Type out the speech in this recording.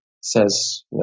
says